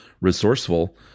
resourceful